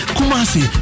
Kumasi